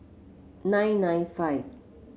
nine nine five